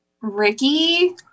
Ricky